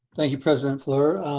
thank you, president fluor.